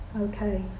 Okay